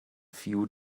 few